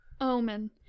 omen